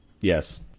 Yes